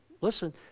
listen